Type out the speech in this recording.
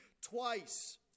twice